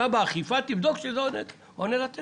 באכיפה תבדוק שזה עונה לתקן.